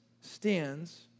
stands